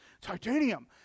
Titanium